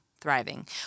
thriving